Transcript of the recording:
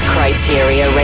Criteria